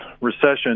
recession